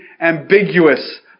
ambiguous